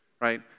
right